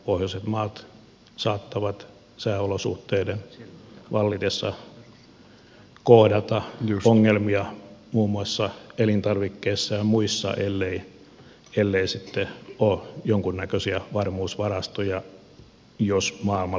pohjoiset maat saattavat sääolosuhteiden vallitessa kohdata ongelmia muun muassa elintarvikkeissa ja muissa ellei sitten ole jonkinnäköisiä varmuusvarastoja jos maailmalla tulee kriisejä